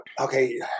Okay